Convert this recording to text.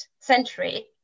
century